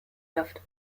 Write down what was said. saft